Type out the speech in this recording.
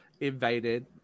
invaded